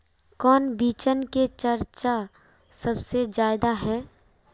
कौन बिचन के चर्चा सबसे ज्यादा है?